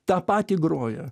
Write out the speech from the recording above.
tą patį groja